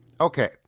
okay